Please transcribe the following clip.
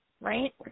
Right